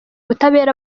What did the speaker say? ubutabera